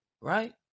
Right